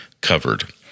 covered